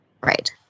Right